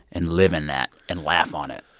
and live in that and laugh on it?